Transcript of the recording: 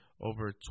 over